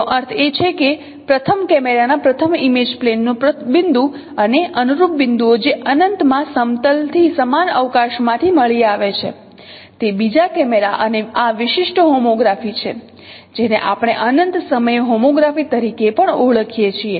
તેનો અર્થ એ છે કે પ્રથમ કેમેરાના પ્રથમ ઈમેજ પ્લેન નો બિંદુ અને અનુરૂપ બિંદુઓ જે અનંતમાં સમતલથી સમાન અવકાશમાંથી મળી આવે છે તે બીજા કેમેરા અને આ વિશિષ્ટ હોમોગ્રાફી છે જેને આપણે અનંત સમયે હોમોગ્રાફી તરીકે પણ ઓળખીએ છીએ